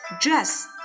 Dress